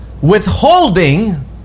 Withholding